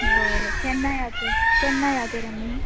बरें केन्ना या तर केन्ना या तर आमी